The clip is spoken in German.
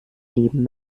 leben